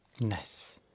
nice